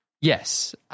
Yes